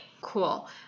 Cool